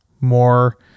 more